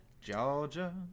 Georgia